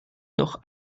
noch